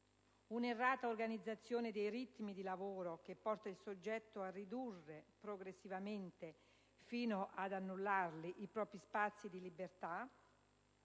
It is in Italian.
un'errata organizzazione dei ritmi di lavoro, che porta il soggetto a ridurre progressivamente, fino ad annullarli, i propri spazi di libertà;